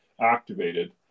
activated